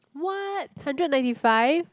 what hundred ninety five